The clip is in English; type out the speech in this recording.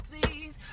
please